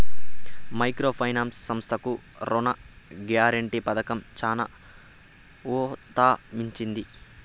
micro finance సంస్థలకు రుణ guarantee పథకం చానా ఊతమిచ్చింది